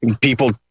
people